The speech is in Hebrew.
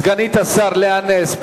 סגנית השר לאה נס.